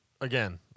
again